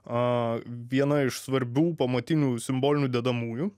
a viena iš svarbių pamatinių simbolinių dedamųjų